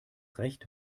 recht